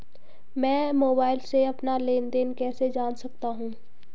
मैं मोबाइल से अपना लेन लेन देन कैसे जान सकता हूँ?